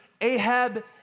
Ahab